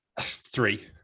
Three